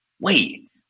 wait